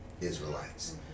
Israelites